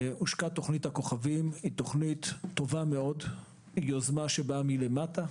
היא תוכנית טובה מאוד, יוזמה שבאה מלמטה.